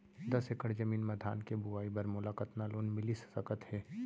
दस एकड़ जमीन मा धान के बुआई बर मोला कतका लोन मिलिस सकत हे?